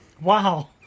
Wow